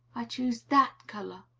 i choose that color.